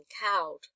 cowed